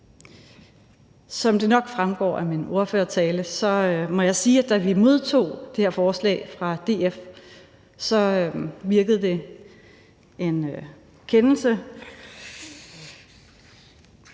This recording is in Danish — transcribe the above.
Som det nok fremgår af min ordførertale, må jeg sige, at da vi modtog det her forslag fra DF, virkede det en kende